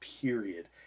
period